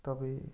তবে